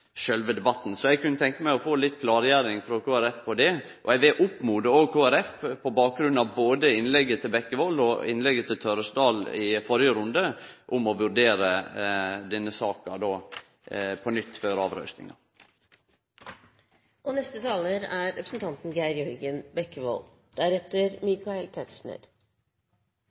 sjølve debatten. Så eg kunne tenkje meg å få litt klargjering frå Kristeleg Folkeparti av det. Eg vil også oppmode Kristeleg Folkeparti – på bakgrunn av både innlegget til Bekkevold og innlegget til Tørresdal i førre runde – om å vurdere denne saka på nytt før